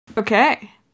okay